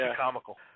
comical